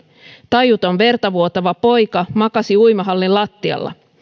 tajuton verta vuotava poika makasi uimahallin lattialla